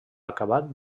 acabat